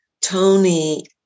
Tony